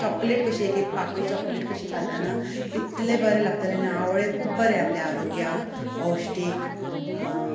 chocolate कशी खाताना इतले बरे लागताले आनी आवळे खूब बरे आपल्या आरोग्याक पौष्टीक